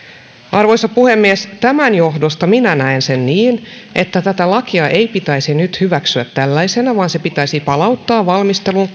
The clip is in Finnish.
arvoisa puhemies tämän johdosta minä näen niin että tätä lakia ei pitäisi nyt hyväksyä tällaisena vaan se pitäisi palauttaa valmisteluun